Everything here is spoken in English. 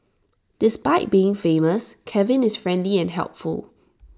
despite being famous Kevin is friendly and helpful